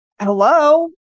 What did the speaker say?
hello